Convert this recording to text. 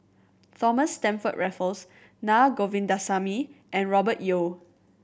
Thomas Stamford Raffles Naa Govindasamy and Robert Yeo